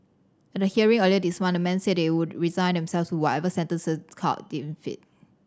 at a hearing earlier this month the men said they would resign themselves to whatever sentence the court deemed fit